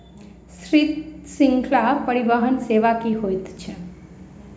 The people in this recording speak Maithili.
शीत श्रृंखला परिवहन सेवा की होइत अछि?